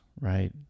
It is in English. right